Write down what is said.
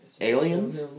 Aliens